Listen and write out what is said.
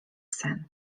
sen